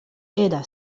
era